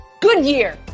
Goodyear